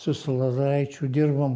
su su lozoraičiu dirbom